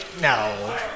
No